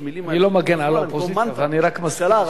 אני לא מגן על האופוזיציה, אני רק מזכיר נשכחות.